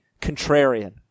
contrarian